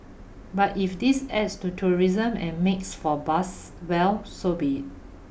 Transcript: but if this adds to tourism and makes for buzz well so be